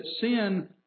sin